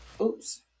oops